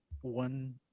one